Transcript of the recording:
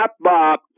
Bob